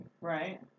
Right